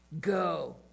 go